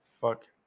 fuck